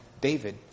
David